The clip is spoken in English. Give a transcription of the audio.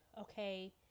okay